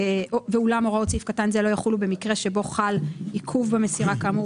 'ואולם הוראות סעיף קטן זה לא יחולו במקרה שבו חל עיכוב במסירה כאמור